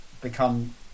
become